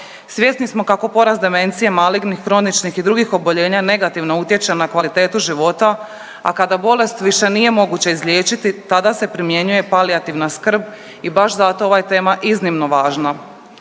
Svjesni smo kako porast demencije, malignih, kroničnih i drugih oboljenja negativno utječe na kvalitetu života, a kada bolest više nije moguće izlječiti tada se primjenjuje palijativna skrb i baš zato ova je tema iznimno važna.